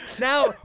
Now